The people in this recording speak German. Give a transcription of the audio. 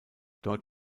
dort